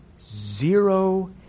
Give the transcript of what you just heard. zero